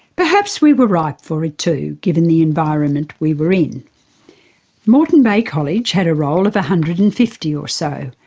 perhaps we were ripe for it too given the environment we were in. moreton bay college had a roll of one hundred and fifty or so.